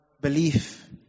belief